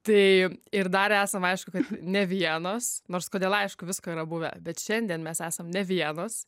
tai ir dar esam aišku kad ne vienos nors kodėl aišku visko yra buvę bet šiandien mes esam ne vienos